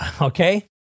okay